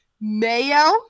mayo